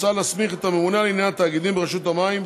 מוצע להסמיך את הממונה על ענייני התאגידים ברשות המים,